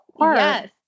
Yes